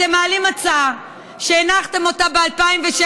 אתם מעלים הצעה שהנחתם ב-2016.